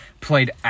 played